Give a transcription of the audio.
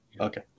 Okay